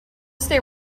stay